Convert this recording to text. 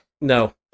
No